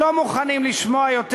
לא מוכנים לשמוע יותר,